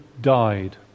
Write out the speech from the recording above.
died